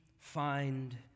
Find